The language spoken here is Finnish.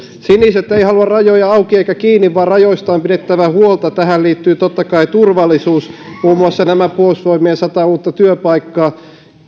siniset ei halua rajoja auki eikä kiinni vaan rajoista on pidettävä huolta tähän liittyy totta kai turvallisuus muun muassa nämä puolustusvoimien sata uutta työpaikkaa